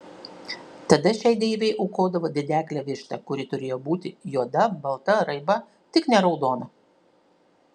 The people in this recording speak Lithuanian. tada šiai deivei aukodavo dedeklę vištą kuri turėjo būti juoda balta raiba tik ne raudona